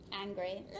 Angry